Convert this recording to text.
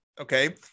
Okay